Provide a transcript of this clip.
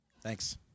Thanks